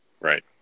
right